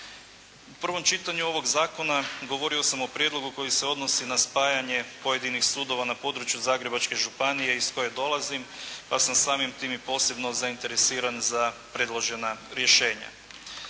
U prvom čitanju ovog zakona govorio sam o prijedlogu koji se odnosi na spajanje pojedinih sudova na području Zagrebačke županije iz koje dolazim pa sam samim tim i posebno zainteresiran za predložena rješenja.